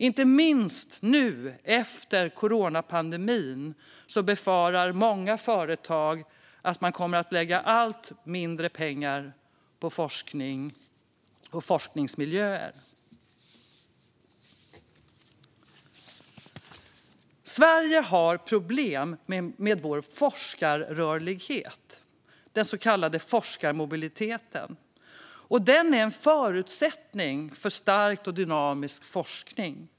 Inte minst befarar många företag att man kommer att lägga allt mindre pengar på forskning och forskningsmiljöer efter coronapandemin. Sverige har problem med forskarrörligheten, den så kallade forskarmobiliteten. Den är en förutsättning för stark och dynamisk forskning.